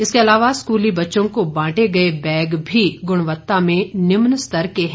इसके अलावा स्कूली बच्चों को बांटे गए बैग भी गुणवत्ता में निम्न स्तर के हैं